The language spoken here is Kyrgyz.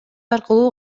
аркылуу